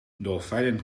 dolfijnen